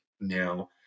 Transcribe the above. now